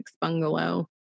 bungalow